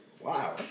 Wow